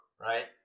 right